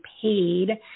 paid